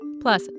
Plus